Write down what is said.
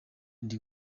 ndi